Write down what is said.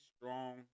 strong